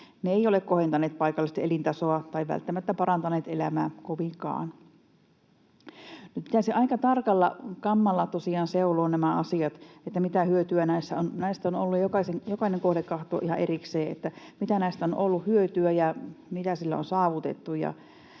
Ne eivät ole kohentaneet paikallisten elintasoa tai välttämättä kovinkaan parantaneet elämää. Nyt pitäisi aika tarkalla kammalla tosiaan seuloa nämä asiat, mitä hyötyä näistä on ollut, ja jokainen kohde katsoa ihan erikseen, mitä näistä on ollut hyötyä ja mitä on saavutettu.